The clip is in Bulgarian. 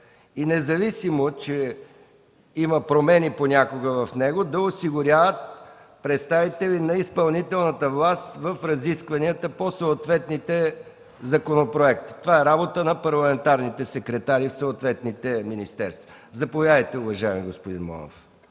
и независимо, че понякога има промени в него, да осигуряват представители на изпълнителната власт в разискванията по съответните законопроекти. Това е работа на парламентарните секретари в съответните министерства. Заповядайте, уважаеми господин Монов,